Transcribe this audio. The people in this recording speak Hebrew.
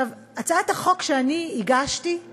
הצעת החוק שהגשתי היא